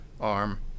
arm